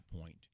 point